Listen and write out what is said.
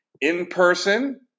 in-person